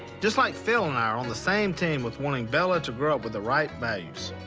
just like phil and i are on the same team with wanting bella to grow up with the right values.